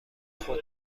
خود